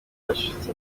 acecetse